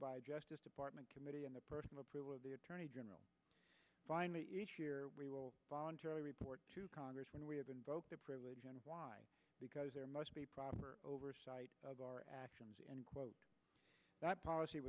by justice department committee and the personal approval of the attorney general finally each year we will voluntarily report to congress when we have invoked the privilege and why because there must be proper oversight of our actions and quote that policy